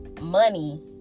money